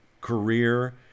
career